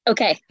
Okay